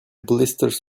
blisters